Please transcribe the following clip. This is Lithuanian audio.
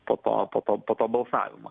po to po to po to balsavimo